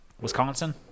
Wisconsin